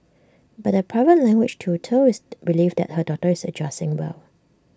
but the private language tutor is relieved that her daughter is adjusting well